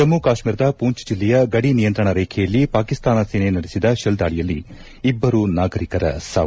ಜಮ್ಮ ಕಾಶ್ವೀರದ ಪೂಂಚ್ ಜಿಲ್ಲೆಯ ಗಡಿನಿಯಂತ್ರಣ ರೇಖೆಯಲ್ಲಿ ಪಾಕಿಸ್ತಾನ ಸೇನೆ ನಡೆಸಿದ ಶೆಲ್ ದಾಳಿಯಲ್ಲಿ ಇಬ್ಲರು ನಾಗರಿಕರ ಸಾವು